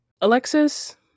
Alexis